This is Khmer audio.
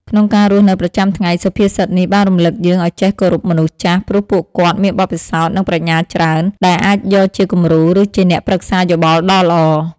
ក្នុងការរស់នៅប្រចាំថ្ងៃ សុភាសិតនេះបានរំលឹកយើងឱ្យចេះគោរពមនុស្សចាស់ ព្រោះពួកគាត់មានបទពិសោធន៍ និងប្រាជ្ញាច្រើន ដែលអាចយកជាគំរូ ឬជាអ្នកប្រឹក្សាយោបល់ដ៏ល្អ។